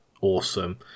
awesome